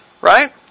right